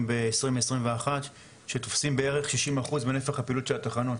מ-2021 שתופסים בערך 60 אחוזים מנפח הפעילות של התחנות,